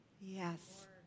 Yes